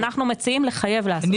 אנחנו מציעים לחייב לעשות אותם.